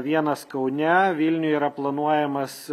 vienas kaune vilniuj yra planuojamas